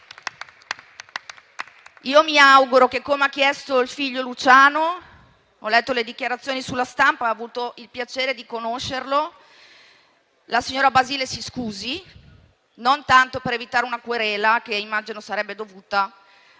Mi auguro che, come ha chiesto il figlio Luciano - ho letto le dichiarazioni sulla stampa e ho avuto il piacere di conoscerlo - la signora Basile si scusi, non tanto per evitare una querela, che immagino dovuta, ma